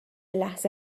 لحظه